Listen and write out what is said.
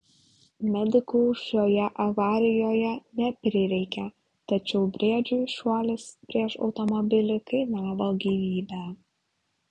medikų šioje avarijoje neprireikė tačiau briedžiui šuolis prieš automobilį kainavo gyvybę